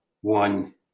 one